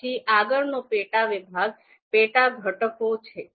પછી આગળનો પેટા વિભાગ પેટા ઘટકો છે